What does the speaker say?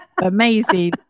amazing